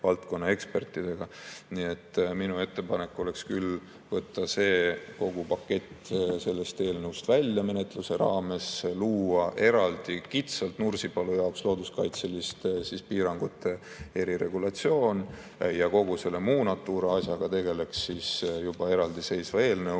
valdkonna ekspertidega. Nii et minu ettepanek oleks küll võtta kogu see pakett sellest eelnõust välja menetluse raames, luua eraldi kitsalt Nursipalu jaoks looduskaitseliste piirangute eriregulatsioon ja kogu selle muu Natura asjaga tegelda siis juba eraldiseisva eelnõuga